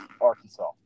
Arkansas